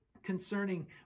concerning